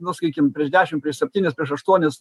nu sakykim prieš dešim prieš septynis prieš aštuonis